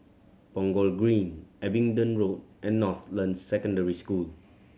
Punggol Green Abingdon Road and Northland Secondary School